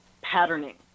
patterning